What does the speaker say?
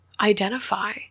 identify